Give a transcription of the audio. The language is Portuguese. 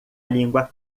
língua